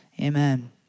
Amen